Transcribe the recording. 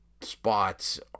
spots